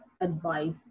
advice